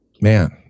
man